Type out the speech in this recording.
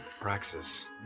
Praxis